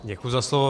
Děkuji za slovo.